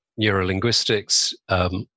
neurolinguistics